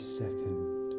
second